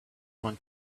want